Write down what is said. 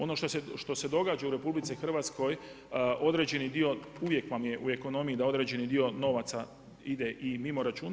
Ono što se događa u RH određeni dio, uvijek vam je u ekonomiji da određeni dio novaca ide i mimo računa.